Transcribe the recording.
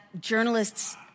journalists